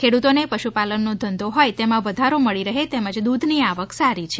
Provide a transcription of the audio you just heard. ખેડૂતોને પશુપાલનનો ધંધો હોય તેમાં વધારો મળી રહે તેમજ દૂધની આવક સારી છે